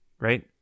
right